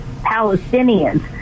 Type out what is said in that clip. Palestinians